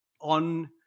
on